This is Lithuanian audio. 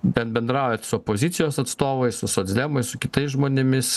ben bendraujat su opozicijos atstovais su socdemais su kitais žmonėmis